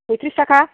फयथ्रिस थाखा